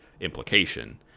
implication